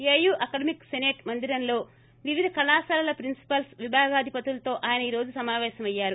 AU academic senate మందిరంలో వివిధ కళాశాలల ప్రిన్సిపల్స్ విభాగాధిపతులతో అయన ఈ రోజు సమాపేశమయ్యారు